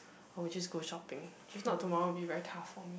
or we just go shopping if not tomorrow will be very tough for me